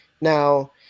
Now –